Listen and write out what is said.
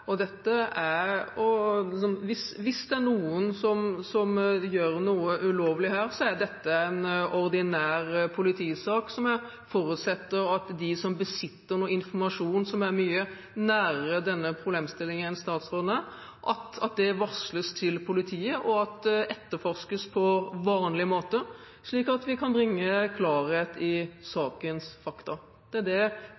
dette en ordinær politisak, og jeg forutsetter at de som er mye nærmere denne problemstillingen enn det statsråden er, og som besitter informasjon, varsler politiet, og at det etterforskes på vanlig måte, slik at vi kan bringe klarhet i sakens fakta. Dette er det